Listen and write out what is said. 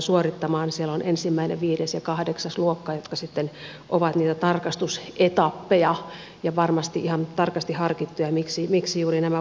siellä on ensimmäinen viides ja kahdeksas luokka jotka sitten ovat niitä tarkastusetappeja ja varmasti ihan tarkasti harkittuja miksi juuri nämä vuosiluokat